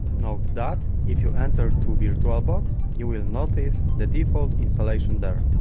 note that if you enter to virtualbox you will notice the default installation there.